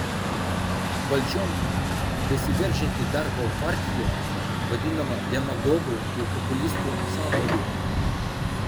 valdžion besiveržianti darbo partija vadinama demagogų ir populistų sambūriu